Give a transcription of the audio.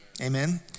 Amen